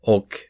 Och